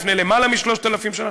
לפני למעלה מ-3,000 שנה?